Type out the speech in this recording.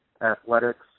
athletics